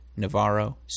navarro